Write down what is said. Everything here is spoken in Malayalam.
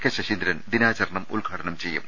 കെ ശശീന്ദ്രൻ ദിനാചരണം ഉദ്ഘാടനം ചെയ്യും